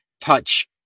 touch